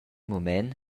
mument